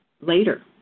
later